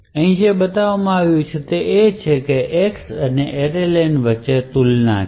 હવે અહીં જે બતાવ્યું તે એ છે કે X અને array len વચ્ચેની તુલના છે